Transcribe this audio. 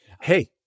Hey